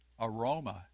aroma